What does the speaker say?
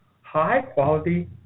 high-quality